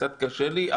קצת קשה לי,